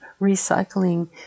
recycling